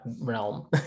realm